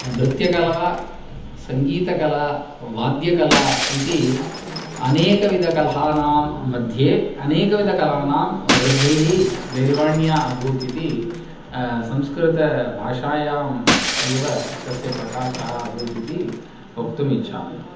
नृत्यकला सङ्गीतकला वाद्यकला इति अनेकविधकलानां मध्ये अनेकविधकलानां वृद्धिः गैरवाण्या अभूत् इति संस्कृतभाषायाम् एव तस्य प्रकाशः अभूत् इति वक्तुमिच्छामि